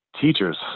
teachers